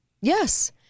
Yes